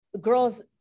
girls